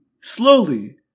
slowly